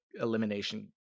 elimination